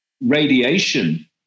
radiation